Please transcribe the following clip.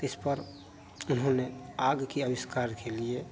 इस पर उन्होंने आग के अविष्कार के लिए